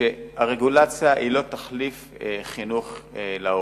שהרגולציה אינה תחליף לחינוך של ההורים.